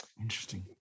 Interesting